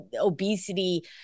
obesity